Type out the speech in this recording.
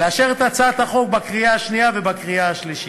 לאשר את הצעת החוק בקריאה השנייה ובקריאה השלישית.